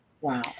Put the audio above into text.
wow